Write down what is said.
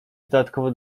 dodatkowo